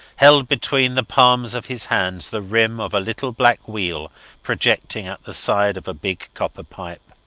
held between the palms of his hands the rim of a little black wheel projecting at the side of a big copper pipe.